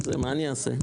מה אני אעשה?